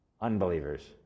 unbelievers